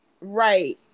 Right